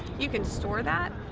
you can store that,